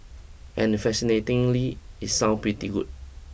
and fascinatingly it sounds pretty good